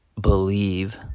believe